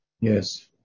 Yes